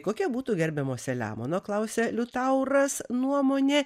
kokia būtų gerbiamo selemono klausia liutauras nuomonė